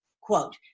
Quote